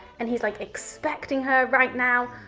and he's like expecting her right now,